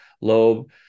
lobe